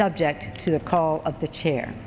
subject to the call of the chair